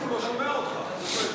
בינתיים אתה יכול לדבר על חשבון המערכת.